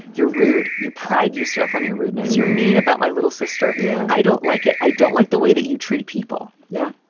you're rude. you pride yourself on your rudeness. you're mean about my little sister. yeah i don't like it. i don't like the way that you treat people. yeah.